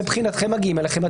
כשמגיעים אליכם,